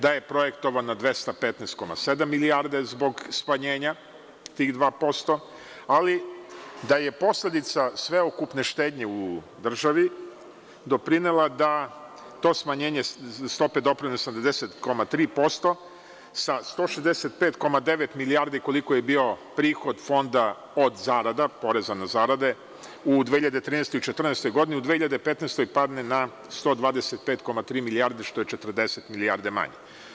Da je projektovan na 215,7 milijardi zbog smanjenja tih 2%, ali da je posledica sveukupne štednje u državi doprinela da to smanjenje stope doprinosa 90,3% sa 165,9 milijardi, koliko je bio prihod fonda od zarada, poreza na zarade u 2013, 2014. godini, u 2015. godini padne na 125,3 milijarde, što je 40 milijardi manje.